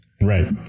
Right